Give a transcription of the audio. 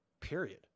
Period